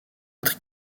être